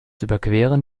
überqueren